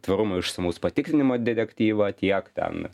tvarumo išsamaus patikrinimo detektyvą tiek ten